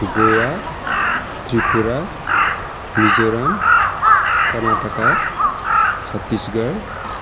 Goa Tripura Mizoram Karnataka Chhattisgarh